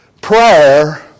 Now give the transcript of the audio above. prayer